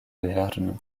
lernu